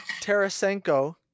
Tarasenko